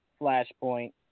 flashpoint